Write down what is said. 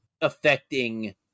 affecting